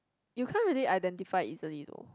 you can't really identify easily though